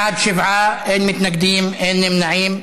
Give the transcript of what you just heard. בעד, שבעה, אין מתנגדים, אין נמנעים.